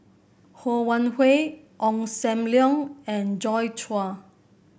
Ho Wan Hui Ong Sam Leong and Joi Chua